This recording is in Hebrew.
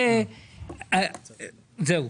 זהו.